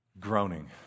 groaning